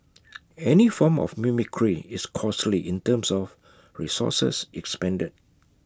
any form of mimicry is costly in terms of resources expended